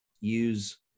use